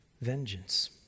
vengeance